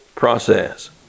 process